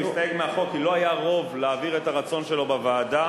הוא הסתייג מהחוק כי לא היה רוב להעביר את הרצון שלו בוועדה.